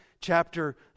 chapter